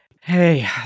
Hey